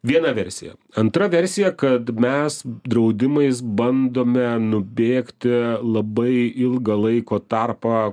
viena versija antra versija kad mes draudimais bandome nubėgti labai ilgą laiko tarpą